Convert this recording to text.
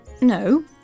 No